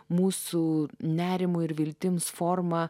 mūsų nerimui ir viltims formą